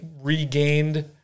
regained